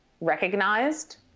recognized